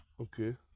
Okay